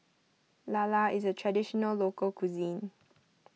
Lala is a Traditional Local Cuisine